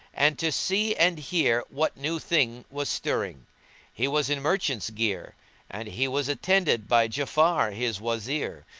and to see and hear what new thing was stirring he was in merchant's gear and he was attended by ja'afar, his wazir,